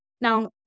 Now